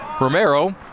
Romero